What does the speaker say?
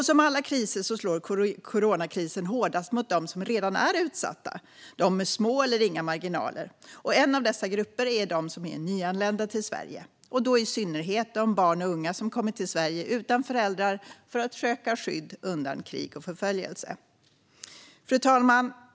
Som alla kriser slår coronakrisen hårdast mot dem som redan är utsatta, alltså dem med små eller inga marginaler. Bland dessa finns de som är nyanlända till Sverige och då i synnerhet de barn och unga som kommit till Sverige utan föräldrar för att söka skydd undan krig och förföljelse. Fru talman!